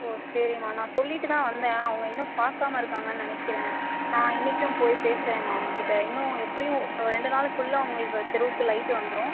ஓ சரிமா நான் சொல்லிகிட்டு தான் வந்தேன் அவங்க இன்னும் பார்க்காம இருக்காங்கன்னு நினைக்கிறேன் நான் இன்னைக்கும் போய் பேசுறேம்மா அவங்ககிட்ட இன்னும் எப்படியும் ஒரு ரெண்டு நாளுக்குள்ளே உங்களுக்கு தெருவுக்கு லைட் வந்துடும்